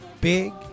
big